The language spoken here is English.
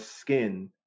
skin